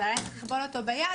אבל היה צריך לכבול אותו ביד.